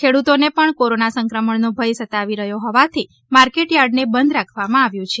ખેડૂતોને પણ કોરોના સંક્રમણનો ભય સતાવી રહ્યો હોવાથી માર્કેટયાર્ડને બંધ રાખવામાં આવેલ છે